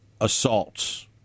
assaults